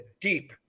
deep